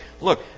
Look